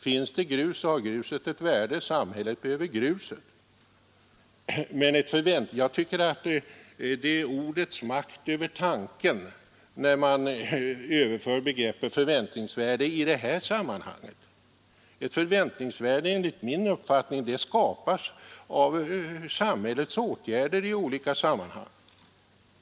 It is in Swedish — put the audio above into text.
Finns det grus, har detta ett värde, och samhället behöver gruset. Jag tycker att det är ett exempel på ordets makt över tanken när man tillämpar begreppet ”förväntningsvärde” i detta sammanhang. Ett förväntningsvärde skapas enligt min uppfattning av samhällets åtgärder i olika sammanhang.